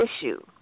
issue